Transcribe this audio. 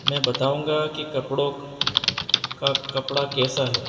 میں بتاؤں گا کہ کپڑوں کا کپڑا کیسا ہے